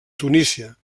tunísia